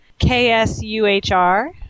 KSUHR